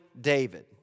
David